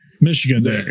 Michigan